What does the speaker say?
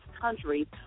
country